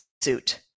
suit